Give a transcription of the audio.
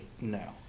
No